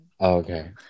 Okay